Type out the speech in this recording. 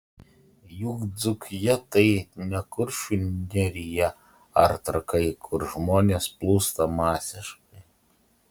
juk dzūkija tai ne kuršių nerija ar trakai kur žmonės plūsta masiškai